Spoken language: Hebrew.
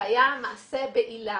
שהיה מעשה בעילה